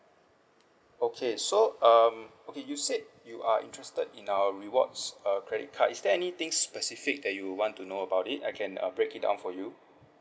okay so um okay you said you are interested in our rewards uh credit card is there anything specific that you want to know about it I can uh break it down for you